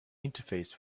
interface